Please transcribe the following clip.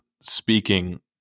speaking